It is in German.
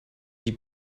die